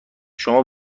شما